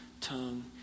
tongue